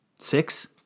Six